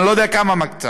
אני לא יודע כמה היא מקצה,